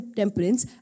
temperance